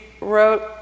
wrote